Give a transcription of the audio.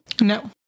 No